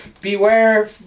Beware